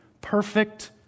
perfect